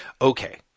Okay